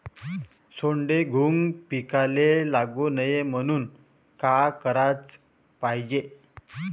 सोंडे, घुंग पिकाले लागू नये म्हनून का कराच पायजे?